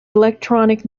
electronic